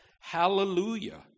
Hallelujah